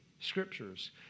Scriptures